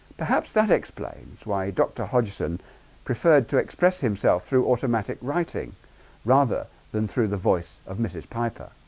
perhaps that explains, why dr. hodgson preferred to express himself through automatic writing rather than through the voice of mrs. piper